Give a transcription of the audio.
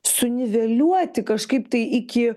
suniveliuoti kažkaip tai iki